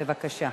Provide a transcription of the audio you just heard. בבקשה.